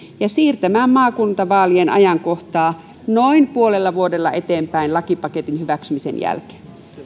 ja siirtämään maakuntavaalien ajankohtaa noin puolella vuodella eteenpäin lakipaketin hyväksymisen jälkeen